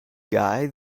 guy